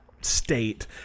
state